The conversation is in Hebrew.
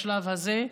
בשלב הזה,